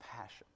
passion